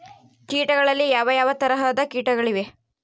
ಕೇಟಗಳಲ್ಲಿ ಯಾವ ಯಾವ ತರಹದ ಕೇಟಗಳು ಇವೆ?